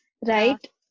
right